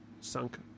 sunk